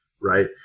right